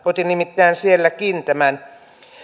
otin nimittäin silloinkin tämän